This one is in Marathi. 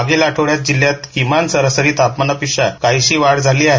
मागिल आठवड्यात जिल्ह्यात किमान सरासरी तापमानापेक्षा काहीशी वाढ झाली आहे